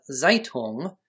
Zeitung